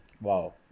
Wow